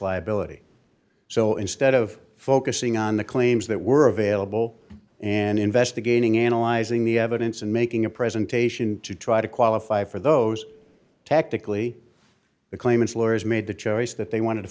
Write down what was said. liability so instead of focusing on the claims that were available and investigating analyzing the evidence and making a presentation to try to qualify for those technically the claimants lawyers made the choice that they wanted to